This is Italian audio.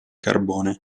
carbone